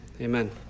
amen